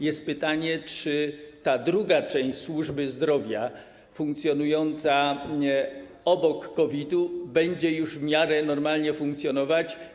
Jest pytanie, czy ta druga część służby zdrowia funkcjonująca obok COVID-u będzie już w miarę normalnie pracować.